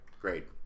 Great